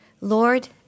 Lord